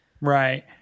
Right